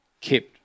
kept